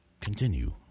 Continue